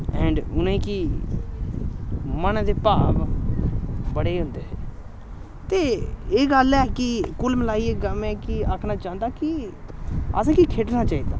and उ'नें गी मनै दे भाव बड़े होंदे हे ते एह् गल्ल ऐ कि कुल मलाइयै में केह् आखना चांह्दा कि असें गी खेढना चाहिदा